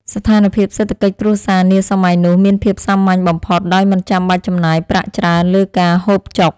ស្ថានភាពសេដ្ឋកិច្ចគ្រួសារនាសម័យនោះមានភាពសាមញ្ញបំផុតដោយមិនចាំបាច់ចំណាយប្រាក់ច្រើនលើការហូបចុក។